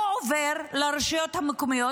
לא עובר לרשויות המקומיות,